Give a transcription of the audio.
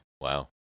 Wow